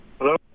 Hello